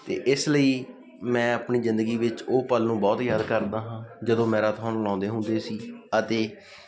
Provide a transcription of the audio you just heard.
ਅਤੇ ਇਸ ਲਈ ਮੈਂ ਆਪਣੀ ਜ਼ਿੰਦਗੀ ਵਿੱਚ ਉਹ ਪਲ ਨੂੰ ਬਹੁਤ ਯਾਦ ਕਰਦਾ ਹਾਂ ਜਦੋਂ ਮੈਰਾਥੋਨ ਲਾਉਂਦੇ ਹੁੰਦੇ ਸੀ ਅਤੇ